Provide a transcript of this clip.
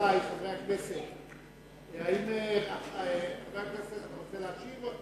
רבותי חברי הכנסת, אתה רוצה להשיב?